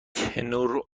تنورآواز